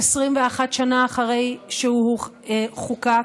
21 שנה אחרי שהוא חוקק,